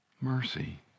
mercy